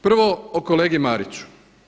Prvo o kolegi Mariću.